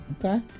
Okay